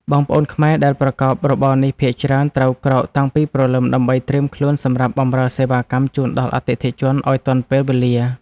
បងប្អូនខ្មែរដែលប្រកបរបរនេះភាគច្រើនត្រូវក្រោកតាំងពីព្រលឹមដើម្បីត្រៀមខ្លួនសម្រាប់បម្រើសេវាកម្មជូនដល់អតិថិជនឱ្យទាន់ពេលវេលា។